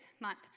month